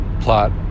plot